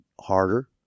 harder